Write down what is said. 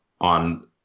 on